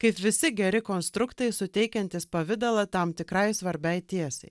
kaip visi geri konstruktai suteikiantis pavidalą tam tikrai svarbiai tiesai